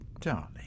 Darling